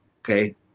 Okay